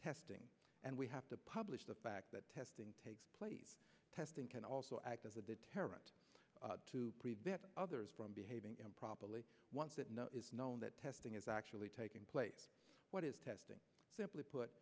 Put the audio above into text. testing and we have to publish the fact that testing takes place testing can also act as a deterrent to prevent others from behaving improperly once it is known that testing is actually taking place what is testing simply put